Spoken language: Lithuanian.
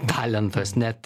talentas net